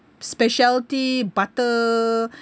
speciality butter